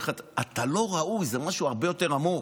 "אתה לא ראוי" זה משהו הרבה יותר עמוק: